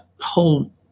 whole